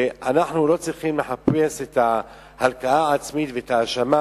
ואנחנו לא צריכים לחפש את ההלקאה העצמית והאשמה,